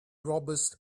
robbers